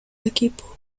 equipo